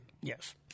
Yes